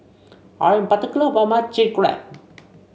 I am particular about my Chili Crab